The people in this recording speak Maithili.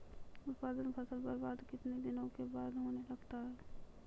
उत्पादन फसल बबार्द कितने दिनों के बाद होने लगता हैं?